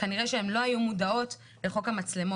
כנראה שהן לא היו מודעות לחוק המצלמות,